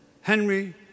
Henry